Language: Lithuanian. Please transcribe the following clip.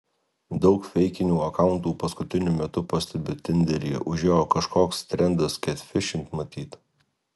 daug feikinių akauntų paskutiniu metu pastebiu tinderyje užėjo kažkoks trendas ketfišint matyt